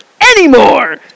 anymore